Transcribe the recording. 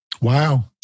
Wow